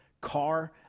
car